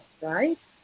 right